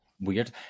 weird